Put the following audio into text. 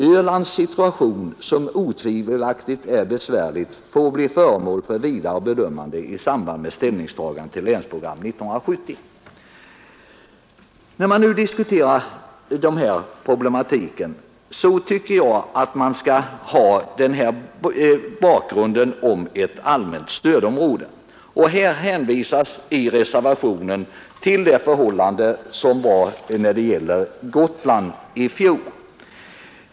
Ölands situation, som otvivelaktigt är besvärlig, får bli föremål för vidare bedömanden i samband med ställningstaganden till Länsprogram 1970.” När man nu diskuterar denna problematik tycker jag att man som bakgrund skall ha begreppet ett allmänt stödområde. I reservationen hänvisas till de förhållanden som gällde beträffande Gotland i fjol.